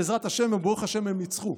בעזרת השם וברוך השם הם ניצחו.